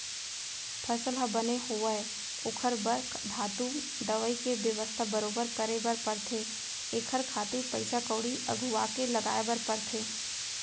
फसल ह बने होवय ओखर बर धातु, दवई के बेवस्था बरोबर करे बर परथे एखर खातिर पइसा कउड़ी अघुवाके लगाय बर परथे